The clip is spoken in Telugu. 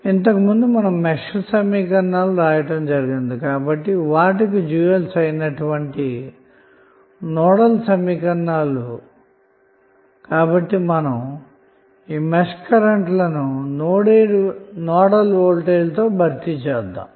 ఇంతకు ముందు మెష్ సమీకరణాలు వ్రాసాము కాబట్టి వాటికి డ్యూయల్ అయినటువంటి నోడ్ సమీకరణాలు కాబట్టి మనం మెష్ కరెంట్ లను నోడల్ వోల్టేజ్ లతో భర్తీ చేద్దాము